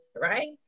right